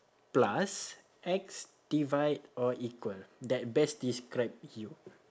plus X divide or equal that best describe you